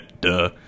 Duh